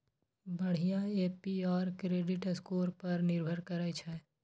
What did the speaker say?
बढ़िया APR credit score पर निर्भर करै छै